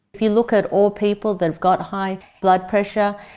if you look at all people that have got high blood pressure,